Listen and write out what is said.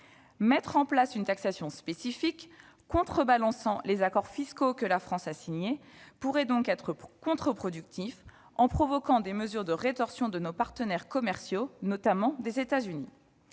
Mettre en place une taxation spécifique contrebalançant les accords fiscaux que la France a signés pourrait donc être contre-productif, en provoquant des mesures de rétorsion de nos partenaires commerciaux, notamment des États-Unis.